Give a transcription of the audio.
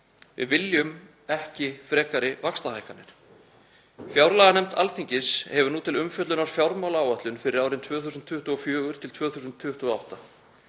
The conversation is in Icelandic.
Við viljum ekki frekari vaxtahækkanir. Fjárlaganefnd Alþingis hefur nú til umfjöllunar fjármálaáætlun fyrir árin 2024–2028.